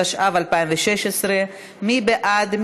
התשע"ו 2016. מי בעד?